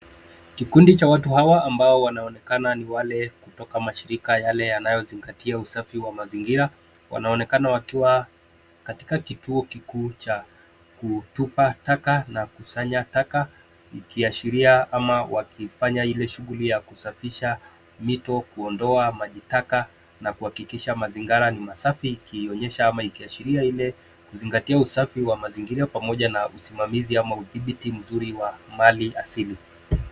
Kikundi cha watu hawa ambao wanaonekana ni wale kutoka mashirika yale yanayo wanaozingatia usafi wa mazingira , wanaonekana wakiwa katika kituo kikuu cha kutupa taka na kusanya taka ikiashiria ama wakifanya ile shughuli ya kusafisha mito, kuondoa majitaka na kuhakikisha mazingara ni masafi ikionyesha ama ikiashiria ile kuzingatia usafi wa mazingira pamoja na usimamizi ama udhibiti mzuri wa mali asili .